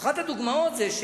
אחת הדוגמאות היא,